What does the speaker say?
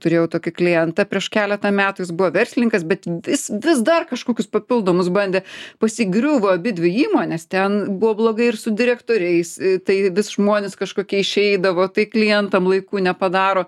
turėjau tokį klientą prieš keletą metų jis buvo verslininkas bet jis vis dar kažkokius papildomus bandė pas jį griuvo abidvi įmonės ten buvo blogai ir su direktoriais tai vis žmonės kažkokie išeidavo tai klientam laiku nepadaro